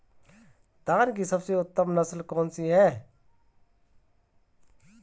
धान की सबसे उत्तम नस्ल कौन सी है?